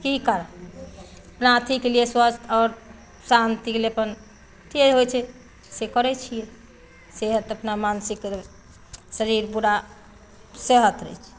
पी कऽ रखियौ अपना अथीके लिये स्वस्थ आओर शान्ति ले अपन से होइ छै से करै छियै सेहत अपना मानसिक आरो शरीर पूरा सेहत रहै छै